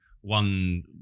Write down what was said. one